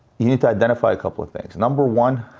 you need to identify a couple of things. number one,